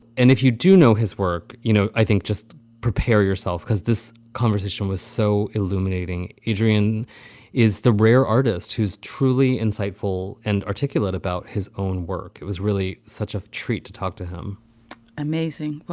and if you do know his work, you know, i think just prepare yourself because this conversation was so illuminating. adrian is the rare artist who's truly insightful and articulate about his own work. it was really such a treat to talk to him amazing. well,